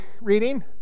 reading